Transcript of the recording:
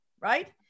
right